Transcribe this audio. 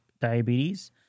diabetes